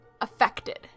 affected